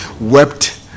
wept